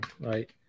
right